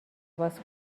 باز